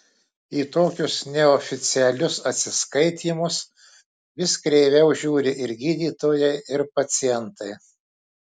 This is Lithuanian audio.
į tokius neoficialius atsiskaitymus vis kreiviau žiūri ir gydytojai ir pacientai